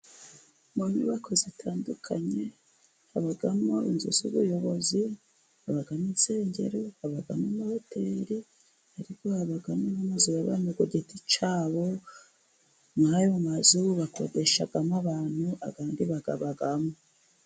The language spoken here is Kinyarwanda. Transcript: Mu nyubako zitandukanye habamo inzu z'ubuyobozi, habamo insengero ,habamo amahoteri ariko habamo n'amazu y'abantu ku giti cyabo nk'ayo mazu bakodeshamo abantu andi bayabamo.